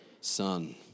Son